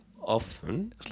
often